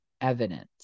evidence